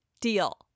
deal